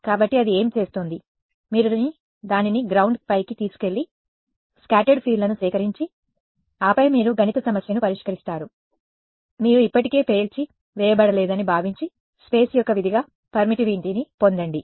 కాబట్టి అది ఏమి చేస్తోంది మీరు దానిని గ్రౌండ్ పైకి తీసుకెళ్లి స్కాటర్డ్ ఫీల్డ్లను సేకరించి ఆపై మీరు గణిత సమస్యను పరిష్కరిస్తారు మీరు ఇప్పటికే పేల్చి వేయబడలేదని భావించి స్పేస్ యొక్క విధిగా పర్మిటివిటీని పొందండి